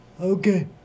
Okay